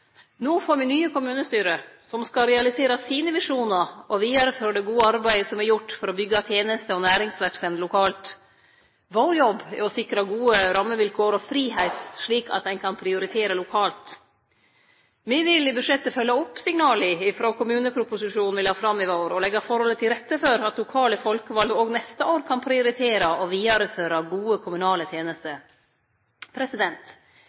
No får me nye kommunestyre som skal realisere sine visjonar og vidareføre det gode arbeidet som er gjort for å byggje tenester og næringsverksemd lokalt. Vår jobb er å sikre gode rammevilkår og fridom, slik at ein kan prioritere lokalt. Me vil i budsjettet følgje opp signala frå kommuneproposisjonen me la fram i vår, og leggje forholda til rette for at lokale folkevalde òg neste år kan prioritere å vidareføre gode kommunale tenester.